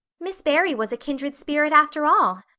miss barry was a kindred spirit, after all,